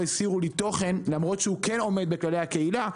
הסירו לי תוכן למרות שעומד בכללי הקהילה,